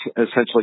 essentially